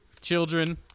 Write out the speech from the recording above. children